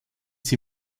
sie